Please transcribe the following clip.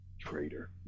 Traitor